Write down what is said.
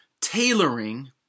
tailoring